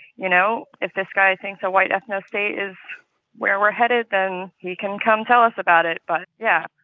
you know? if this guy thinks a white ethno-state is where we're headed, then he can come tell us about it. but yeah,